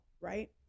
right